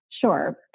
Sure